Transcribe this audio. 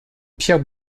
pierre